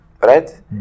right